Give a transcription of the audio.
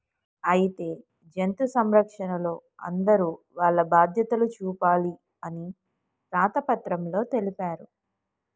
అయితే జంతు సంరక్షణలో అందరూ వాల్ల బాధ్యతలు చూపాలి అని రాత పత్రంలో తెలిపారు